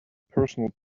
personal